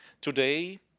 Today